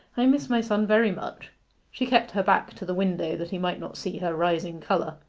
i miss my son very much she kept her back to the window that he might not see her rising colour.